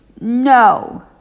No